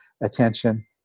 attention